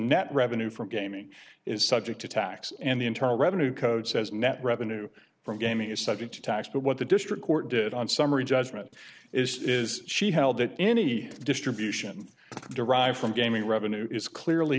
net revenue for gaming is subject to tax and the internal revenue code says net revenue from gaming is subject to tax but what the district court did on summary judgment is is she held that any distribution derived from gaming revenue is clearly